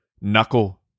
knuckle